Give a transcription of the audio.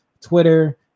Twitter